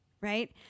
right